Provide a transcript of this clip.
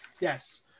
Yes